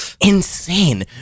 Insane